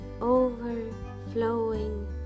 overflowing